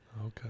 Okay